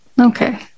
okay